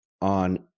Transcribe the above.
on